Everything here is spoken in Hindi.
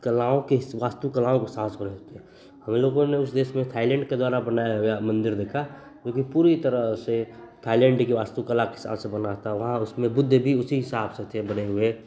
कलाओं के इस वास्तु कलाओं की साँस पर होती है हमलोगों ने उस देश में थाईलैण्ड के द्वारा बनाए हुए मन्दिर देखा जोकि पूरी तरह से थाईलैण्ड के वास्तु कला के हिसाब से बना था उसमें बुद्ध भी उसी हिसाब से थे बने हुए